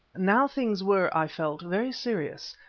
now things were, i felt, very serious,